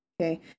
Okay